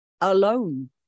alone